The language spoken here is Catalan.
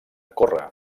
córrer